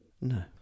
No